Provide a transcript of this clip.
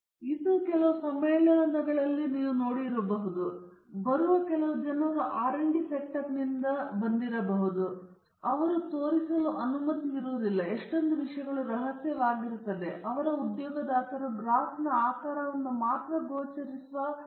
ಕೆಲವೊಮ್ಮೆ ಆಶ್ಚರ್ಯಕರವಾಗಿ ಸಾಕಷ್ಟು ಕೆಲವು ಸಮ್ಮೇಳನಗಳಲ್ಲಿ ನೀವು ನೋಡುತ್ತೀರಿ ಬರುವ ಜನರು ಕೆಲವು R ಮತ್ತು D ಸೆಟಪ್ ಆಗಿರಬಹುದು ಅಥವಾ ಅಲ್ಲಿ ಅವರು ತೋರಿಸಲು ಅನುಮತಿಸುವ ಬಗ್ಗೆ ಬಹಳ ರಹಸ್ಯವಾಗಿರುತ್ತಾರೆ ಮತ್ತು ಆದುದರಿಂದ ತಮ್ಮ ಉದ್ಯೋಗದಾತರು ಗ್ರಾಫ್ನ ಆಕಾರವನ್ನು ಮಾತ್ರ ಗೋಚರಿಸುವ ಗ್ರಾಫ್ ಅನ್ನು ನೀವು ತೋರಿಸಬಹುದು ಯಾವುದೇ ಮೌಲ್ಯಗಳು ಗೋಚರಿಸುವುದಿಲ್ಲ